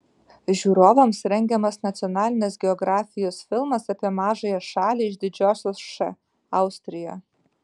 žiūrovams rengiamas nacionalinės geografijos filmas apie mažąją šalį iš didžiosios š austriją